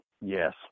Yes